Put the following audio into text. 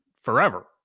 forever